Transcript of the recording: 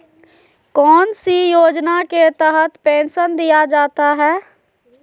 कौन सी योजना के तहत पेंसन दिया जाता है?